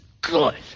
good